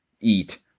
eat